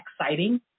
exciting